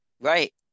Right